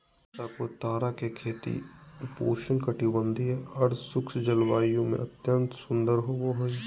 चकोतरा के खेती उपोष्ण कटिबंधीय, अर्धशुष्क जलवायु में अत्यंत सुंदर होवई हई